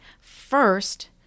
first